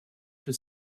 for